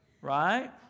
right